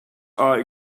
are